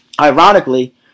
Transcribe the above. ironically